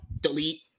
Delete